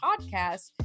podcast